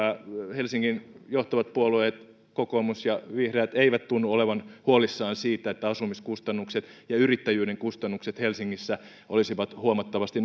helsingin johtavat puolueet kokoomus ja vihreät eivät tunnu olevan huolissaan siitä että asumiskustannukset ja yrittäjyyden kustannukset helsingissä olisivat huomattavasti